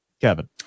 Kevin